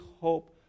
hope